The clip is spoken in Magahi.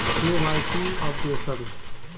KYC updation?